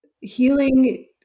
healing